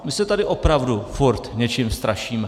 My se tady opravdu furt něčím strašíme.